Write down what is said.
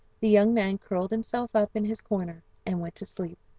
the young man curled himself up in his corner and went to sleep.